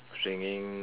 swinging